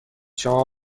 شما